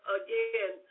again –